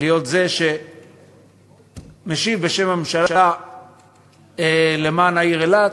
להיות זה שמשיב בשם הממשלה למען העיר אילת.